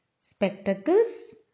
Spectacles